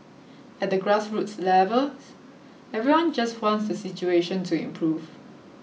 at the grassroots levels everyone just wants the situation to improve